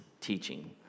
teaching